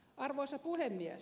arvoisa puhemies